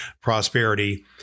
prosperity